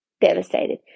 devastated